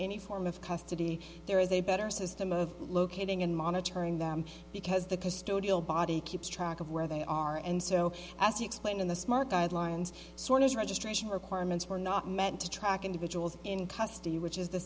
any form of custody there is a better system of locating and monitoring them because the custodial body keeps track of where they are and so as you explained in the smart guidelines sorters registration requirements were not meant to track individuals in custody which is the